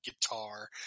guitar